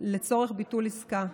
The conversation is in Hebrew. לצורך ביטול עסקה.